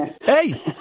Hey